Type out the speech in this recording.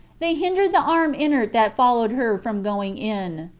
they hindered the armed inert that followed her from going in.